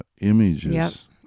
images